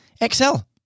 excel